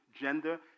gender